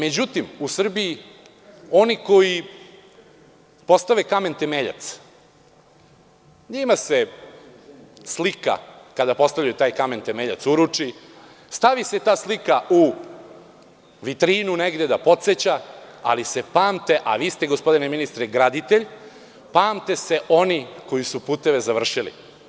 Međutim, u Srbiji oni koji postave kamen temeljac, njima se slika kada postavljaju taj kamen temeljac uruči, stavi se ta slika u vitrinu negde da podseća, ali se pamte, a vi ste gospodine ministre graditelj, pamte se oni koji su puteve završili.